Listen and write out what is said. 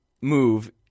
move